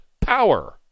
power